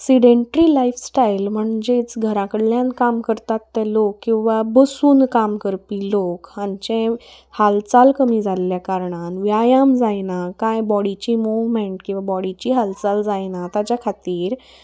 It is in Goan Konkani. सिडेनट्री लायफस्टायल म्हणजेच घर कडल्यान काम करतात ते लोक किंवां बसून काम करपी लोक हांचे हालचाल कमी जाल्ल्या कारणान व्यायाम जायना कांय बॉडीची मुवमेंट किंवां बॉडीची हालचाल जायना ताच्या खातीर